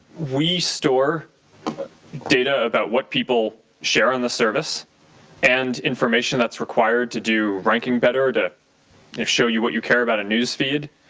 we store data of what people share on the service and information that's required to do ranking better, to show you what you care about a news feed.